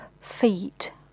feet